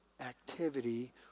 activity